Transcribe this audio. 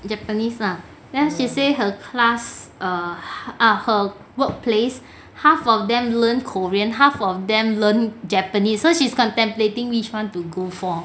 japanese lah then she say her class err her workplace half of them learn korean half of them learn japanese so she's contemplating which want to go for